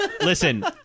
Listen